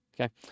Okay